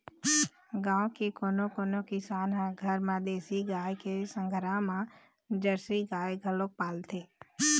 गाँव के कोनो कोनो किसान ह घर म देसी गाय के संघरा म जरसी गाय घलोक पालथे